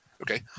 Okay